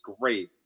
great